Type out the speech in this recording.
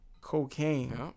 cocaine